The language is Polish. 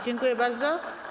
Dziękuję bardzo.